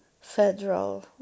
federal